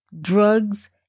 drugs